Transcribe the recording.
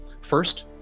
First